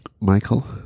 Michael